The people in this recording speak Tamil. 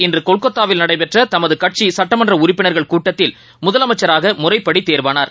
இன்றுகொல்கத்தாவில் நடைபெற்றதமதுகட்சிசட்டமன்றஉறுப்பினர்கள் கூட்டத்தில் அவர் முதலமைச்சராகமுறைப்படிதேர்வானார்